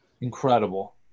Incredible